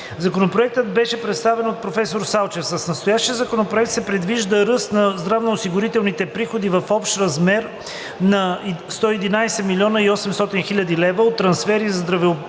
Законопроектът беше представен от професор Салчев. С настоящия законопроект се предвижда ръст на здравноосигурителните приходи в общ размер на 111 800,0 хил. лв. от трансфери за здравното